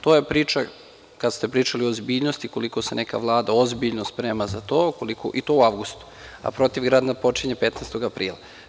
To je priča, kada ste pričali o ozbiljnosti koliko se neka Vlada ozbiljno sprema za to, i to u avgustu, a protivgradna počinje 15. aprila.